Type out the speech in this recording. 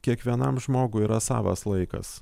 kiekvienam žmogui yra savas laikas